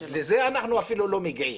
ולזה אפילו אנחנו לא מגיעים.